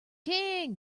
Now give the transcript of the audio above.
king